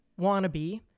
wannabe